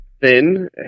thin